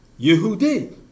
Yehudi